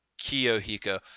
Kiyohiko